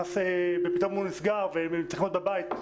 פתאום הוא נסגר והם צריכים להיות בבית.